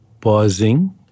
pausing